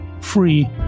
free